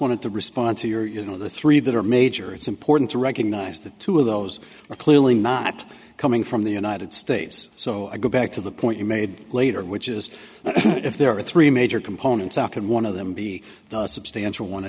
wanted to respond to your you know the three that are major it's important to recognize that two of those are clearly not coming from the united states so i go back to the point you made later which is if there are three major components uk and one of them be a substantial one i